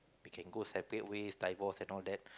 we can go separate ways divorce and all that